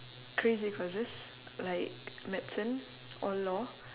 crazy courses like medicine or law